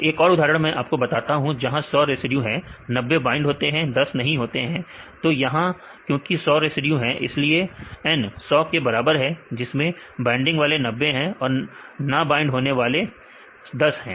तो एक और उदाहरण मैं आपको बताता हूं जहां पर 100 रेसिड्यू हैं 90 बाइंड होते हैं और 10 नहीं होते तो यहां क्योंकि 100 रेसिड्यू हैं इसलिए N 100 के बराबर है जिसमें बाइंडिंग वाले 90 हैं और ना बाइंड होने वाले 10 है